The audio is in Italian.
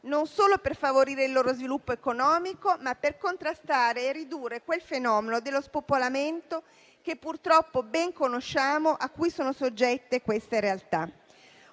non solo per favorire il loro sviluppo economico, ma anche per contrastare e ridurre quel fenomeno dello spopolamento, che purtroppo ben conosciamo, a cui sono soggette dette realtà.